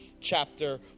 chapter